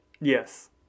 Yes